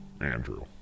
Andrew